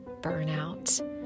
burnout